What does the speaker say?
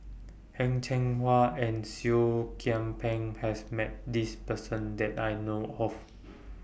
Heng Cheng Hwa and Seah Kian Peng has Met This Person that I know of